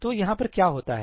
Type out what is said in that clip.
तो यहाँ पर क्या होता है